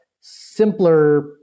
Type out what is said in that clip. simpler